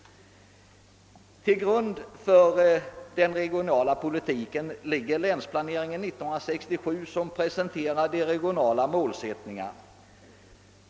Till grund för den regionala politiken ligger länsplanering 1967 som presenterar de regionala målsättningarna.